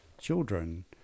children